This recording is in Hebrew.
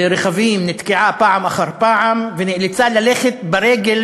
נתקעה פעם אחר פעם ונאלצה ללכת ברגל,